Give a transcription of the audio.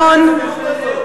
נציגת החרדים בכנסת?